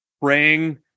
praying